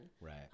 right